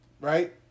right